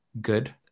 good